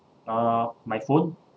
uh my phone